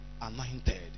anointed